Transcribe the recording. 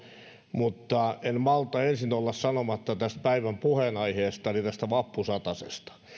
mutta en malta olla ensin sanomatta tästä päivän puheenaiheesta eli vappusatasesta